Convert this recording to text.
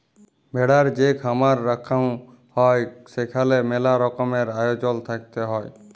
ভেড়ার যে খামার রাখাঙ হউক সেখালে মেলা রকমের আয়জল থাকত হ্যয়